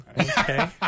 Okay